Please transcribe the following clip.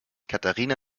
katharina